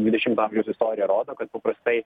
dvidešimto amžiaus istorija rodo kad paprastai